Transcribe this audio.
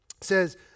says